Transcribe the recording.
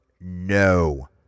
No